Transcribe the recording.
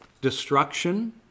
destruction